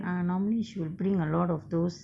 ah normally she will bring a lot of those